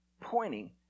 pointing